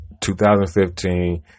2015